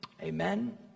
Amen